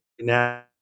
now